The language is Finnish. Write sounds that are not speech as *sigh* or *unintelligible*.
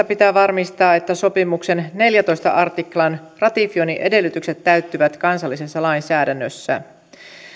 *unintelligible* pitää varmistaa että sopimuksen neljännentoista artiklan ratifioinnin edellytykset täyttyvät kansallisessa lainsäädännössä